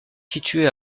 située